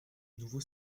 nouveau